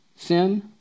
Sin